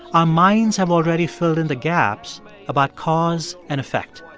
our minds have already filled in the gaps about cause and effect.